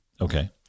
Okay